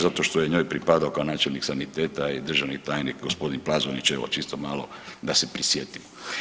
Zato što je njoj pripadao kao načelnik saniteta i državni tajnik gospodin Plazonić evo čisto malo da se prisjetimo.